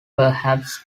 perhaps